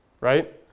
right